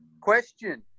Question